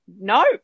no